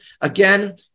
Again